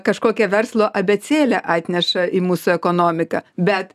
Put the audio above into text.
kažkokią verslo abėcėlę atneša į mūsų ekonomiką bet